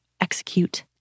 execute